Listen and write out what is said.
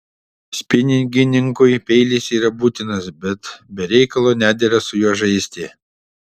spiningininkui peilis yra būtinas bet be reikalo nedera su juo žaisti